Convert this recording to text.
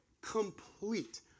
complete